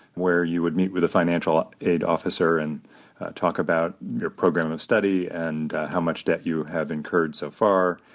where you would meet with a financial aid officer and talk about your program of study and how much debt you have incurred so far,